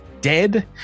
dead